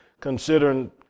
considering